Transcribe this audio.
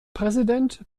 präsident